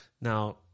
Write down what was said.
Now